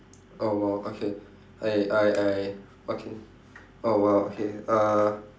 oh !wow! okay I I I okay oh !wow! okay uh